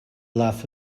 laugh